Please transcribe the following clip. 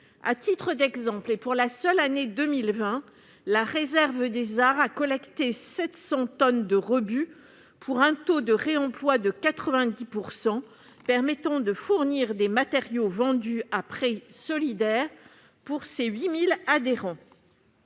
À titre d'exemple, pour la seule année 2020, La Réserve des arts a collecté 700 tonnes de rebuts, pour un taux de réemploi de 90 %, ce qui a permis de fournir des matériaux vendus à prix solidaire pour ses 8 000 adhérents.